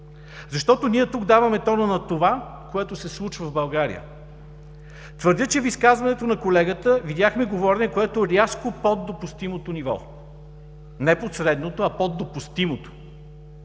защото ние тук даваме тона на това, което се случва в България. Твърдя, че в изказването на колегата видяхме говорене, което е рязко под допустимото ниво – не под средното, а под допустимото.